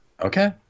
Okay